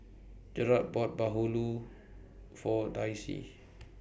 Jarret bought Bahulu For Darcie